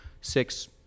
six